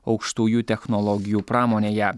aukštųjų technologijų pramonėje